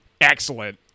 Excellent